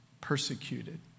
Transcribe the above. persecuted